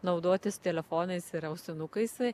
naudotis telefonais ir ausinukais